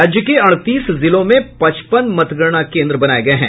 राज्य के अड़तीस जिलों में पचपन मतगणना केन्द्र बनाए गए हैं